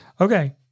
Okay